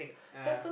ah